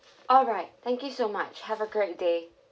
alright thank you so much have a great day